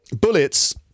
bullets